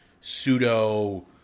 pseudo